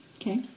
Okay